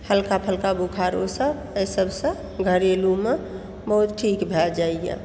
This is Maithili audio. हल्का फल्का बुखारो सबसँ घरेलु मे बहुत ठीक भए जाइया